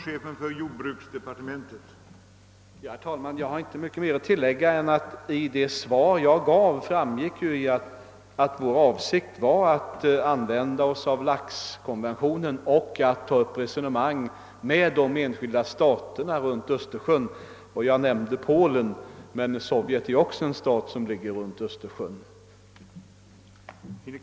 Herr talman! Jag har inte mer att tillägga än att det framgick av mitt svar att vår avsikt är att använda lax konventionen och att ta upp resonemang med staterna runt Östersjön. Jag nämnde Polen, men Sovjetunionen hör ju också till länderna kring Östersjön.